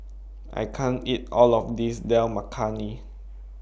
I can't eat All of This Dal Makhani